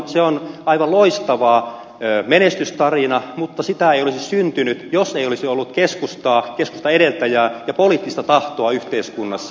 se on aivan loistava menestystarina mutta sitä ei olisi syntynyt jos ei olisi ollut keskustaa keskustan edeltäjää ja poliittista tahtoa yhteiskunnassa